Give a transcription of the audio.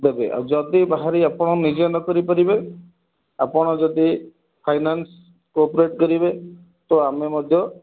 ଦେବେ ଆଉ ଯଦି ବାହାରି ଆପଣ ନିଜେ ନକରି ପାରିବେ ଆପଣ ଯଦି ଫାଇନାନ୍ସ କୋପରେଟ୍ କରିବେ ତ ଆମେ ମଧ୍ୟ